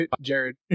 jared